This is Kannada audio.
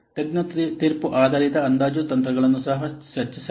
ತಜ್ಞ ತೀರ್ಪು ಆಧಾರಿತ ಅಂದಾಜು ತಂತ್ರಗಳನ್ನು ಸಹ ಚರ್ಚಿಸಲಾಗಿದೆ